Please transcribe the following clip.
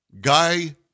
Guy